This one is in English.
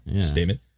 statement